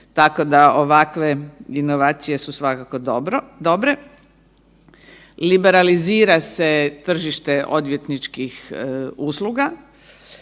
tako da ovakve inovacije su svakako dobre. Liberalizira se tržište odvjetničkih usluga,